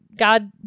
God